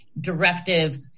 directive